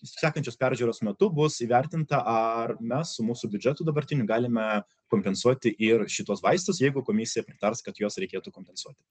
sekančios peržiūros metu bus įvertinta ar mes su mūsų biudžetu dabartiniu galime kompensuoti ir šituos vaistus jeigu komisija pritars kad juos reikėtų kompensuoti